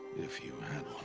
if you had